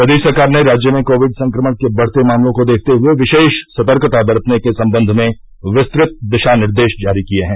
प्रदेश सरकार ने राज्य में कोविड संक्रमण के बढ़ते मामलों को देखते हुए विशेष सतर्कता बरतने के सम्बन्ध में विस्तृत दिशा निर्देश जारी किये हैं